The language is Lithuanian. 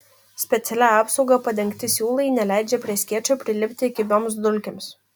specialia apsauga padengti siūlai neleidžia prie skėčio prilipti kibioms dulkėms